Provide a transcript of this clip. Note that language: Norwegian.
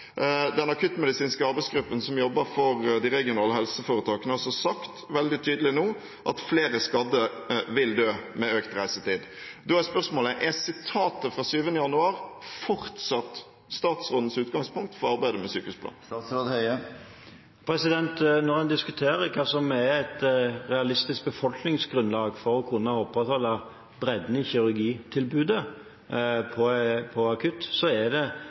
Den akuttmedisinske arbeidsgruppen som jobber for de regionale helseforetakene, har også sagt veldig tydelig nå at flere skadde vil dø med økt reisetid. Da er spørsmålet: Er sitatet fra 7. januar fortsatt statsrådens utgangspunkt for arbeidet med sykehusplanen? Når en diskuterer hva som er et realistisk befolkningsgrunnlag for å kunne opprettholde bredden i kirurgitilbudet på akutt, er det helt riktig at skal en kunne gjøre det, er det